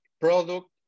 product